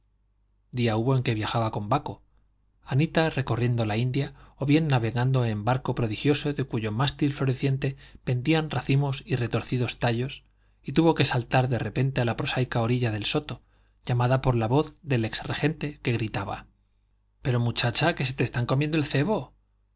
día hubo en que viajaba con baco anita recorriendo la india o bien navegando en el barco prodigioso de cuyo mástil floreciente pendían racimos y retorcidos tallos y tuvo que saltar de repente a la prosaica orilla del soto llamada por la voz del ex regente que gritaba pero muchacha que te están comiendo el cebo